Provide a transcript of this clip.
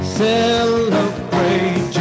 celebrate